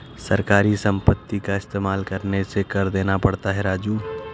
सरकारी संपत्ति का इस्तेमाल करने से कर देना पड़ता है राजू